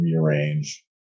rearrange